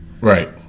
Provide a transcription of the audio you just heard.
Right